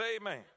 amen